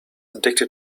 addicted